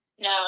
No